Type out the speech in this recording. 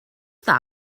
that